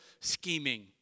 scheming